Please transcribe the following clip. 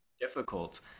difficult